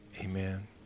amen